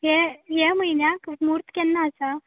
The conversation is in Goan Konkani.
हे हे म्हयन्याक म्हूर्त केन्ना आसा